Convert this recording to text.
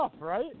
right